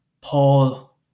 Paul